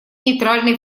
нейтральный